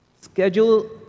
schedule